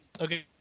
Okay